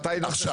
עכשיו.